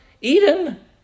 Eden